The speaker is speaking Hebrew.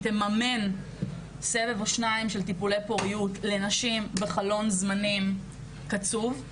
תממן סבב או שניים של טיפולי פוריות בחלון זמנים קצוב.